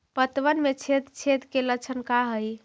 पतबन में छेद छेद के लक्षण का हइ?